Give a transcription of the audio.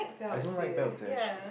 I don't like belts eh actually